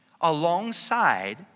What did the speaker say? alongside